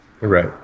Right